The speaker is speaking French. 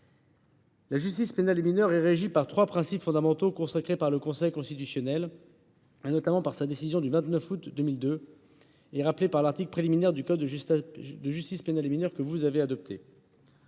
La justice pénale des mineurs est régie par trois principes fondamentaux consacrés par le Conseil constitutionnel, notamment dans sa décision du 29 août 2002, et rappelés par l’article préliminaire du code de la justice pénale des mineurs que vous avez adopté.